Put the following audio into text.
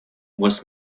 was